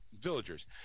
Villagers